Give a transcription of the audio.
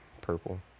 purple